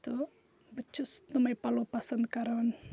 تہٕ بہٕ چھَس تٕمَے پَلو پَسنٛد کَران